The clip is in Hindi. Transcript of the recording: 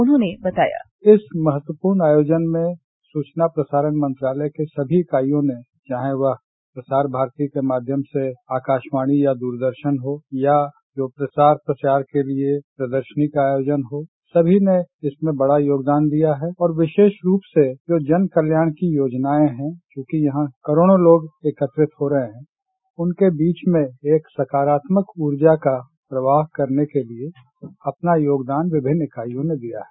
उन्होंने बताया इस महत्वपूर्ण आयोजन में सूचना प्रसारण मंत्रालय की सभी इकाईयों ने चाहे वह प्रसार भारती के माध्यम से आकाशवाणी या द्ररदर्शन हो या जो प्रचार प्रसार के लिए प्रदर्शनी का आयोजन हो सभी ने इसमें बड़ा योगदान दिया है और विशेष रूप से जो जनकत्याण की योजनाएं हैं च्रकि यहां करोड़ो लोग इकठ्वा हो रहे हैं उनके बीच में एक सकारात्मक ऊर्जा का प्रवाह करने के लिए अपना योगदान विभिन्न इकाई ने दिया है